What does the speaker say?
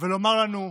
ולומר לנו: